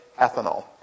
ethanol